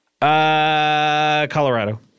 Colorado